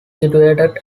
situated